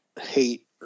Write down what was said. hate